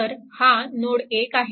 तर हा नोड 1 आहे